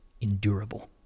endurable